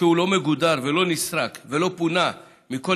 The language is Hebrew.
שהוא לא מגודר ולא נסרק ולא פונה מכל